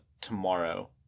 tomorrow